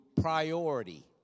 priority